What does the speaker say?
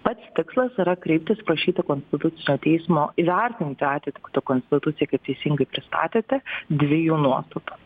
pats tikslas yra kreiptis prašyti konstitucinio teismo įvertinti atitiktį konstituciškai teisingai pristatėte dvi jų nuostatos